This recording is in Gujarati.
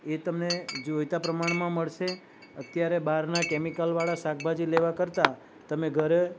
એ તમે જોઈતા પ્રમાણમાં મળશે અત્યારે બહારના કેમિકલવાળા શાકભાજી લેવા કરતાં તમે ઘરે